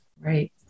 Right